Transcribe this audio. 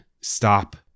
Stop